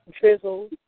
drizzle